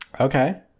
Okay